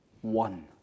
one